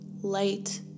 light